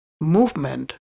movement